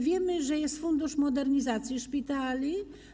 Wiemy, że jest Fundusz Modernizacji Szpitali.